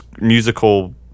musical